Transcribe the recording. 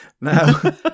Now